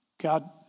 God